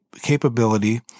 capability